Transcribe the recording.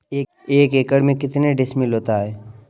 एक एकड़ में कितने डिसमिल होता है?